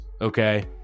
Okay